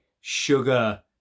sugar